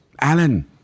Alan